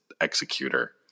Executor